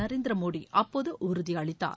நரேந்திர மோடி அப்போது உறுதி அளித்தார்